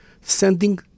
sending